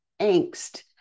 angst